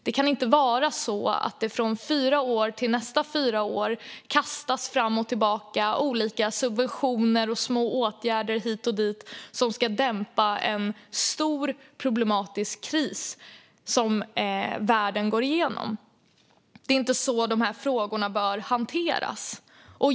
Det kan inte vara så att det från fyra år till nästa fyra år kastas fram och tillbaka olika subventioner och små åtgärder hit och dit som ska dämpa en stor, problematisk kris som världen går igenom. Det är inte så frågorna bör hanteras.